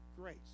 grace